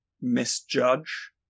misjudge